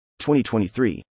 2023